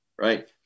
Right